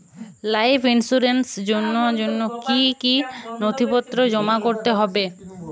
Life ইন্সুরেন্সর জন্য জন্য কি কি নথিপত্র জমা করতে হবে?